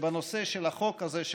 שבנושא של החוק הזה,